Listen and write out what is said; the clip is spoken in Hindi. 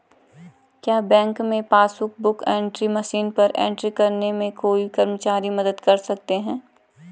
क्या बैंक में पासबुक बुक एंट्री मशीन पर एंट्री करने में कोई कर्मचारी मदद कर सकते हैं?